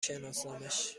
شناسمش